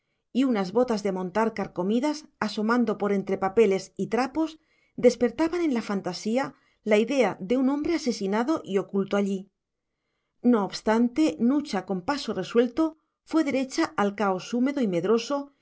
y unas botas de montar carcomidas asomando por entre papeles y trapos despertaban en la fantasía la idea de un hombre asesinado y oculto allí no obstante nucha con paso resuelto fue derecha al caos húmedo y medroso